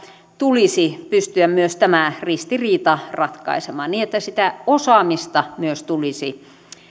tulisi pystyä myös tämä ristiriita ratkaisemaan niin että sitä osaamista tulisi myös